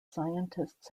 scientists